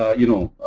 ah you know,